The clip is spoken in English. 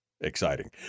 exciting